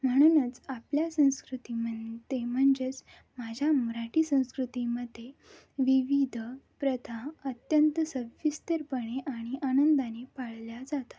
म्हणूनच आपल्या संस्कृतीमध्ये म्हणजेच माझ्या मराठी संस्कृतीमध्ये विविध प्रथा अत्यंत सविस्तरपणे आणि आनंदाने पाळल्या जातात